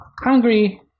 hungry